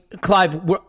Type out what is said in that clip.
Clive